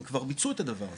הם כבר ביצעו את הדבר הזה,